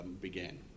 began